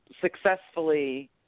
successfully